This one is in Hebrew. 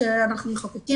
כשאנחנו מחוקקים,